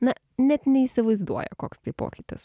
na net neįsivaizduoja koks tai pokytis